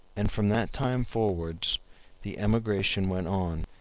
and from that time forwards the emigration went on.